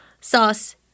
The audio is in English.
sauce